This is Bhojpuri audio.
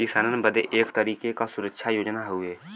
किसानन बदे एक तरीके के सुरक्षा योजना हउवे